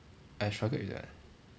I struggle with that